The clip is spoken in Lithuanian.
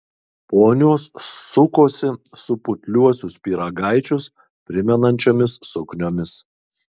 ponios sukosi su putliuosius pyragaičius primenančiomis sukniomis